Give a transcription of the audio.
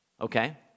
Okay